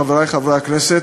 חברי חברי הכנסת,